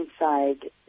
inside